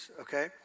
okay